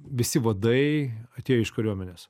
visi vadai atėjo iš kariuomenės